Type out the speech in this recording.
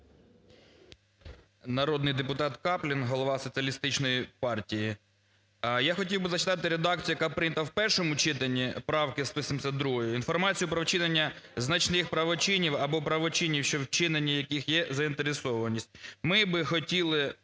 Народний депутат Каплін, голова Соціалістичної партії. Я хотів би зачитати редакцію, яка прийнята в першому читанні правки 172, інформацію про вчинення значних правочинів або правочинів, що у вчиненні яких є заінтересованість. Ми би хотіли,